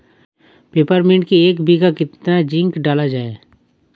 Peppermint की एक बीघा कितना जिंक डाला जाए?